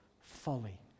folly